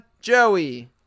Joey